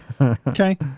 Okay